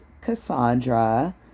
Cassandra